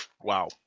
Wow